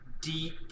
deep